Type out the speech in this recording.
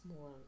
more